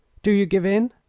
do you give in?